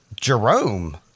Jerome